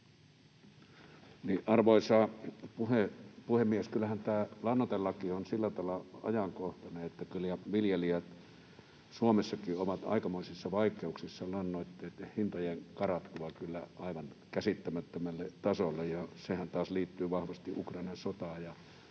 Arvoisa puhemies! Kyllähän tämä lannoitelaki on sillä tavalla ajankohtainen, että viljelijät Suomessakin ovat aikamoisissa vaikeuksissa lannoitteitten hintojen karattua kyllä aivan käsittämättömälle tasolle. Sehän taas liittyy vahvasti Ukrainan sotaan ja